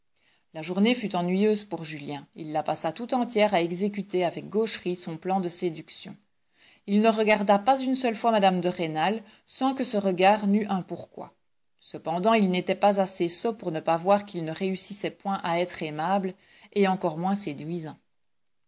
la journée fut ennuyeuse pour julien il la passa toute entière à exécuter avec gaucherie son plan de séduction il ne regarda pas une seule fois mme de rênal sans que ce regard n'eût un pourquoi cependant il n'était pas assez sot pour ne pas voir qu'il ne réussissait point à être aimable et encore moins séduisant